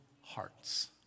hearts